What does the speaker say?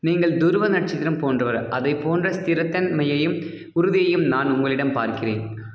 நீங்கள் துருவ நட்சத்திரம் போன்றவர் அதைப் போன்ற ஸ்திரத்தன்மையையும் உறுதியையும் நான் உங்களிடம் பார்க்கிறேன்